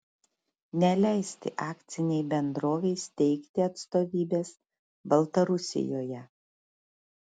neleisti akcinei bendrovei steigti atstovybės baltarusijoje